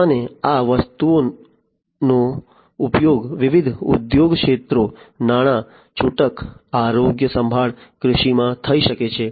અને આ વસ્તુનો ઉપયોગ વિવિધ ઉદ્યોગ ક્ષેત્રો નાણા છૂટક આરોગ્યસંભાળ કૃષિમાં થઈ શકે છે